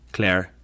Claire